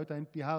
בעיות ה-NP-hard,